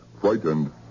Frightened